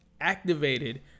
activated